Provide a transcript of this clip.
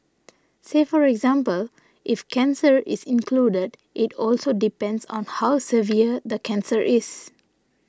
say for example if cancer is included it also depends on how severe the cancer is